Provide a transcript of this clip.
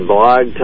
Blog